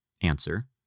Answer